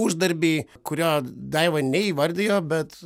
uždarbį kurio daiva neįvardijo bet